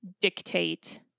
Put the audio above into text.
dictate